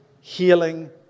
healing